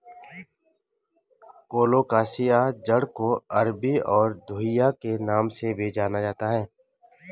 colocasia जड़ को अरबी और घुइआ के नाम से भी जाना जाता है